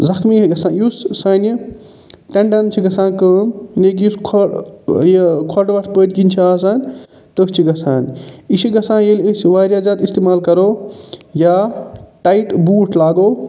زخمی گژھان یُس سانہِ ٹٮ۪نڈَن چھِ گژھان کٲم یٮ۪نی کہ یُس کھۄ یہِ کھۄڈوَٹ پٔتۍ کِنۍ چھِ آسان تٔتھۍ چھِ گژھان یہِ چھِ گژھان ییٚلہِ أسۍ واریاہ زیادٕ استعمال کَرَو یا ٹایِٹ بوٗٹھ لاگَو